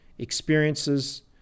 experiences